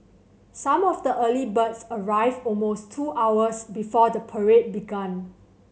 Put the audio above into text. some of the early birds arrived almost two hours before the parade began